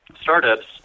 startups